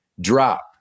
drop